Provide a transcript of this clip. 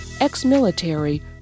ex-military